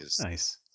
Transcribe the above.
nice